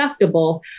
deductible